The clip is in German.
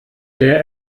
der